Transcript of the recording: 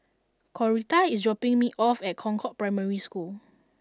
Coretta is dropping me off at Concord Primary School